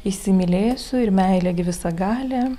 įsimylėsiu ir meilė gi visagalė